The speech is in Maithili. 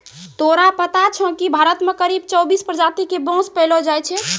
तोरा पता छौं कि भारत मॅ करीब चौबीस प्रजाति के बांस पैलो जाय छै